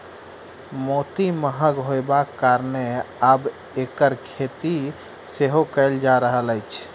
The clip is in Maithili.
मोती महग होयबाक कारणेँ आब एकर खेती सेहो कयल जा रहल अछि